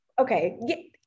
okay